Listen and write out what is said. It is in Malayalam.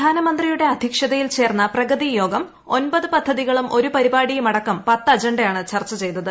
പ്രധാനമന്ത്രിയുടെ അദ്ധ്യക്ഷതയിൽ ചേർന്ന പ്രഗതി യോഗം ഒൻപത് പദ്ധതികളും ഒരു പരിപാടിയുമടക്കം പത്ത് അജണ്ടയാണ് ചർച്ച ചെയ്തത്